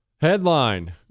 Headline